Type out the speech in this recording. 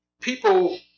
people